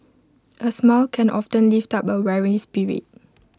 A smile can often lift up A weary spirit